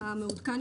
ההחלפות